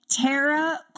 Tara